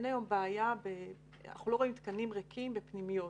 אבל היום אנחנו לא רואים תקנים ריקים בפנימיות.